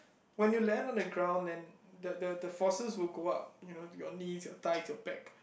when you land on the ground and the the the forces will go up you know your knees your thighs your back